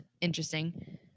interesting